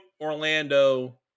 Orlando